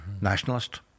nationalist